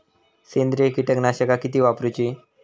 सेंद्रिय कीटकनाशका किती वापरूची?